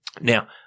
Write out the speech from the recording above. Now